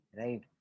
right